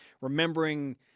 remembering –